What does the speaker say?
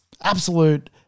absolute